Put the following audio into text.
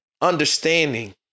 understanding